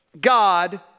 God